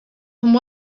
than